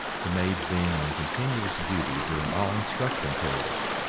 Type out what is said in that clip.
the maids being on continuous duty during all instruction periods.